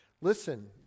Listen